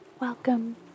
welcome